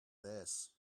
this